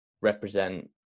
Represent